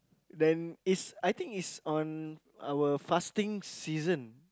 then is I think is on our fasting season